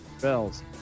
bells